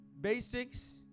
basics